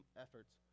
efforts